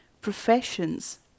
professions